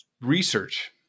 research